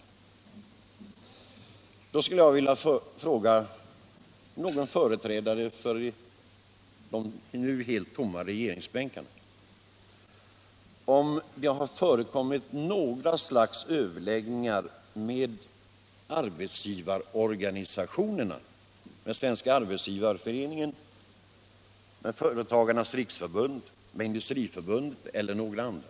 Sänkning av den Jag skulle vilja fråga någon från de nu helt tomma regeringsbänkarna = statliga inkomstom det har förekommit något slags överläggningar med arbetsgivaror = skatten, m.m. ganisationerna — med Svenska arbetsgivareföreningen, med Svenska företagares riksförbund, med Industriförbundet eller några andra.